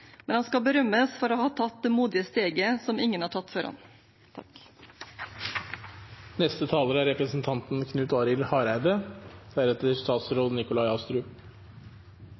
men han skal berømmes for å ha tatt det modige steget som ingen har tatt før ham. Det er